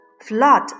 Flood